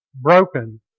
broken